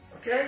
Okay